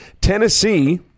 Tennessee